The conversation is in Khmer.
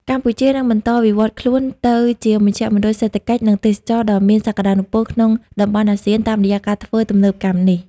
កម្ពុជានឹងបន្តវិវត្តខ្លួនទៅជាមជ្ឈមណ្ឌលសេដ្ឋកិច្ច និងទេសចរណ៍ដ៏មានសក្ដានុពលក្នុងតំបន់អាស៊ាន តាមរយៈការធ្វើទំនើបកម្មនេះ។